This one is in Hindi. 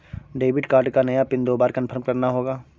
डेबिट कार्ड का नया पिन दो बार कन्फर्म करना होगा